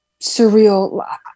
surreal